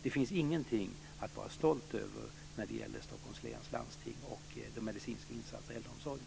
Det finns ingenting att vara stolt över när det gäller Stockholms läns landsting och de medicinska insatserna i äldreomsorgen.